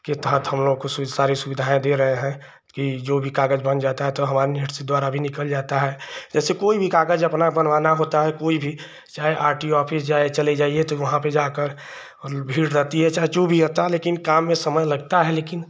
के तहत हमलोगों को सारी सुविधाएँ दे रहे हैं कि जो भी कागज बन जाता है तो हमारे द्वारा भी निकल जाता है जैसे कोई भी कागज अपना बनवाना होता है कोई भी चाहे आर टी ओ ऑफिस चले जाइए तो वहाँ पर आकर मतलब भीड़ रहती है चाहे जो भी होता है लेकिन काम में समय लगता है लेकिन